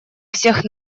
всех